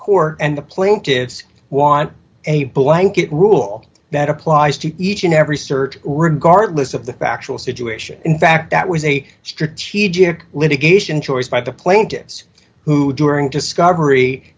core and the plaintiffs want a blanket rule that applies to each and every search regardless of the factual situation in fact that was a strategic litigation choice by the plaintiffs who during discovery